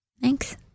Thanks